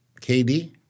KD